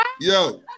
Yo